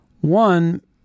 One